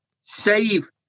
Save